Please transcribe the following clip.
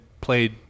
played